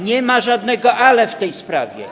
Nie ma żadnego ale w tej sprawie.